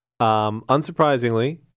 unsurprisingly